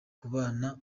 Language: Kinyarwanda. kubana